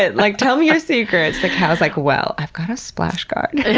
it! like tell me your secrets! the cow's like, well, i've got a splash guard. yeah